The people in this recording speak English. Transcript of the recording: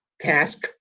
task